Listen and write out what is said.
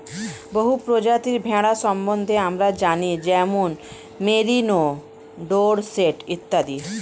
বহু প্রজাতির ভেড়া সম্বন্ধে আমরা জানি যেমন মেরিনো, ডোরসেট ইত্যাদি